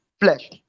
flesh